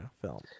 film